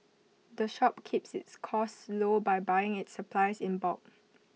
the shop keeps its costs low by buying its supplies in bulk